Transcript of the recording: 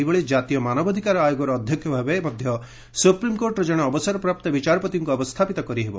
ସେହିଭଳି ଜାତୀୟ ମାନବାଧିକାର ଆୟୋଗର ଅଧ୍ୟକ୍ଷ ଭାବେ ମଧ୍ୟ ସ୍ୱପ୍ରିମ୍କୋର୍ଟ୍ର କଣେ ଅବସରପ୍ରାପ୍ତ ବିଚାରପତିଙ୍କୁ ଅବସ୍ଥାପିତ କରିହେବ